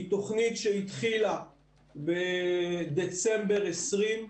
היא תוכנית שהתחילה בדצמבר 20',